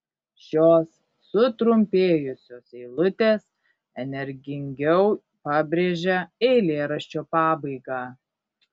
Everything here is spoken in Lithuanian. šios sutrumpėjusios eilutės energingiau pabrėžia eilėraščio pabaigą